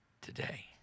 today